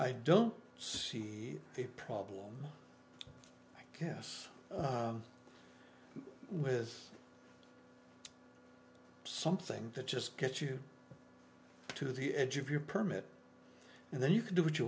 i don't see the problem i guess with something that just gets you to the edge of your permit and then you can do what you